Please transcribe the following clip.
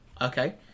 okay